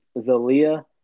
Zalia